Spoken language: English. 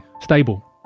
Stable